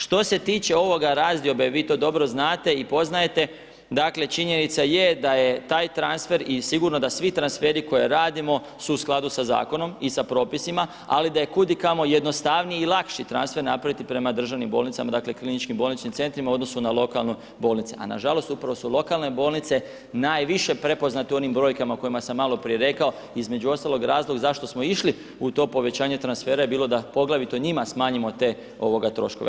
Što se tiče ovoga razdiobe, vi to dobro znate i poznajete, dakle, činjenica je da je taj transfer i sigurno da svi transferi koje radimo, su u skladu sa Zakonom i sa Propisima, ali da je kud i kamo jednostavniji i lakši transfer napraviti prema državnim bolnicama, dakle, KBC-ima u odnosu na lokalne bolnice, a na žalost upravo su lokalne bolnice najviše prepoznate u onim brojkama o kojima sam maloprije rekao, između ostaloga, razlog zašto smo išli u to povećanje transfera je bilo da poglavito njima smanjimo te ovoga troškove.